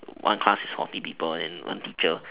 one class is forty people and then one teacher